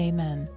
Amen